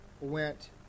went